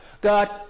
God